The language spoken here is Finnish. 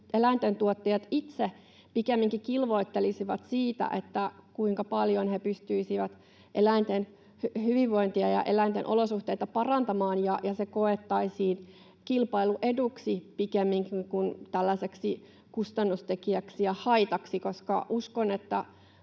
eläintuottajat itse pikemminkin kilvoittelisivat siitä, kuinka paljon he pystyisivät eläinten hyvinvointia ja eläinten olosuhteita parantamaan ja se koettaisiin kilpailueduksi pikemminkin kuin tällaiseksi kustannustekijäksi ja haitaksi, koska uskon, että